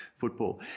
football